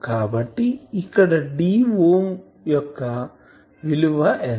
కాబట్టి ఇక్కడ d యొక్క విలువ ఎంత